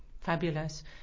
Fabulous